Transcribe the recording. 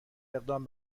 اقدام